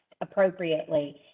appropriately